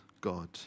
God